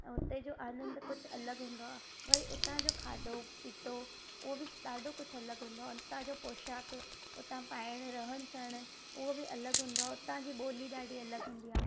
ऐं हुते जो आनंदु कुझु अलॻि हूंदो आहे वरी उतां जो खाधो पीतो उहो बि ॾाढो कुझु अलॻि हूंदो आहे उतां जो पोशाक उतां पाइण रहण सहण उहो बि अलॻि हूंदो आहे उतां जी ॿोली ॾाढी अलॻि हूंदी आहे